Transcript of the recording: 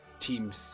teams